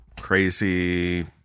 crazy